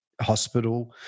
hospital